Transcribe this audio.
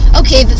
okay